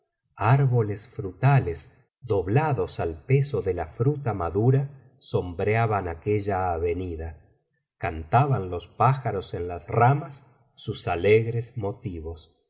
arboles frutales doblados al peso de la fruta madura sombreaban aquella avenida cantaban los pájaros en las ramas sus alegres motivos